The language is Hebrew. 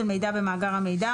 במאגר המידע,